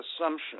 assumption